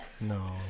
no